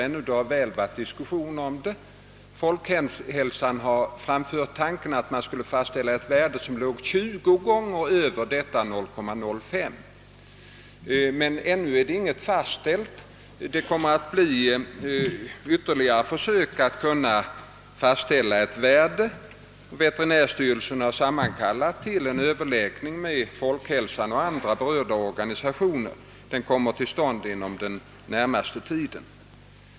Saken har emellertid diskuterats, och statens institut för folkhälsan har framfört tanken att värdet skulle sättas 20 gånger högre än för andra livsmedel. Ytterligare försök att fastställa ett värde kommer att göras. Veterinärstyrelsen har kallat till en överläggning med representanter för statens institut för folkhälsan och andra berörda institutioner inom den närmaste tiden.